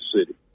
city